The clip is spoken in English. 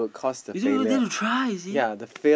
you see don't even dare to try you see